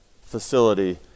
facility